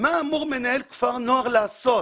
מה אמור מנהל כפר נוער לעשות?